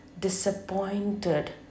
disappointed